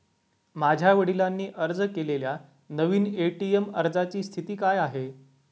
माझ्या वडिलांनी अर्ज केलेल्या नवीन ए.टी.एम अर्जाची स्थिती काय आहे?